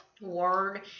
word